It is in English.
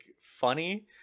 funny